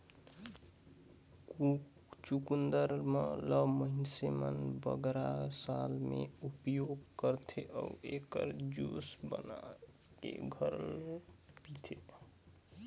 चुकंदर ल मइनसे मन बगरा सलाद में उपयोग करथे अउ एकर जूस बनाए के घलो पीथें